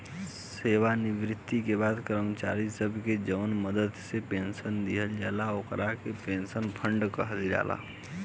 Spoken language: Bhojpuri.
सेवानिवृत्ति के बाद कर्मचारी सब के जवन मदद से पेंशन दिहल जाला ओकरा के पेंशन फंड कहल जाला